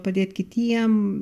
padėt kitiem